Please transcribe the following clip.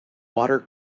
water